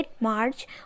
March